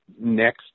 next